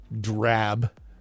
drab